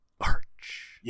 arch